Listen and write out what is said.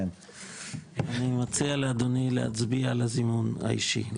אני מציע לאדוני להצביע לזימון האישי.